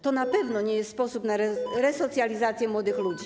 To na pewno nie jest sposób na resocjalizację młodych ludzi.